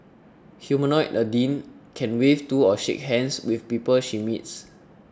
humanoid Nadine can wave to or shake hands with the people she meets